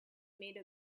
made